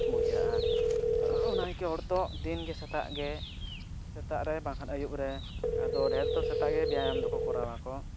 ᱵᱩᱡᱷᱟᱹᱜᱼᱟ ᱚᱱᱟ ᱤᱠᱟᱹ ᱦᱚᱲᱫᱚ ᱫᱤᱱᱜᱮ ᱥᱮᱛᱟᱜ ᱜᱮ ᱥᱮᱛᱟᱜ ᱨᱮ ᱵᱟᱝᱠᱷᱟᱱ ᱟᱭᱩᱵᱨᱮ ᱟᱫᱚ ᱰᱷᱮᱨ ᱫᱚ ᱥᱮᱛᱟᱜ ᱜᱮ ᱵᱮᱭᱟᱢ ᱫᱚᱠᱚ ᱠᱚᱨᱟᱣ ᱟᱠᱚ